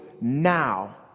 now